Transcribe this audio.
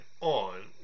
on